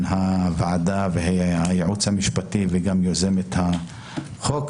הוועדה והייעוץ המשפטי וגם יוזמת החוק,